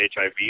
HIV